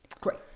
Great